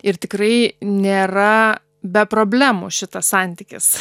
ir tikrai nėra be problemų šitas santykis